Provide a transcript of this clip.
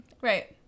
right